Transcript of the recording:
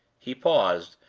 he paused,